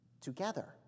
together